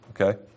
okay